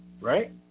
right